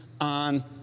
on